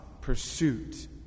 pursuit